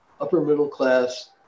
upper-middle-class